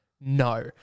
No